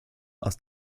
aus